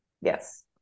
Yes